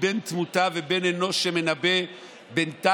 תודה, אדוני היושב-ראש.